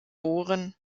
geb